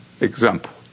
Example